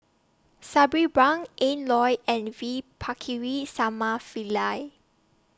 Sabri Buang Ian Loy and V Pakirisamy Pillai